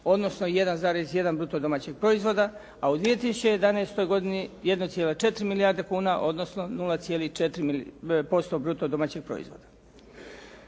odnosno 1,1 bruto domaćeg proizvoda, a u 2011. godini 1,4 milijarde kuna, odnosno 0,4% bruto domaćeg proizvoda.